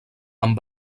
amb